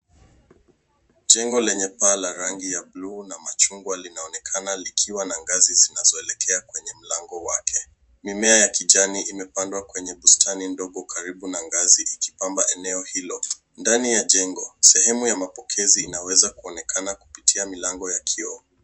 Jengo lenye paa la rangi ya bluu na machungwa linaonekana likiwa na ngazi zinazoelekea kwenye mlango wake. Mimea ya kijani imepandwa kwenye bustani ndogo karibu na ngazi ikipamba eneo hilo. Ndani ya jengo, sehemu ya mapokezi inaweza kuonekana kupitia milango ya kioo.